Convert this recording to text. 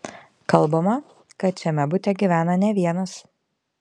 kalbama kad šiame bute gyvena ne vienas